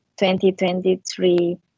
2023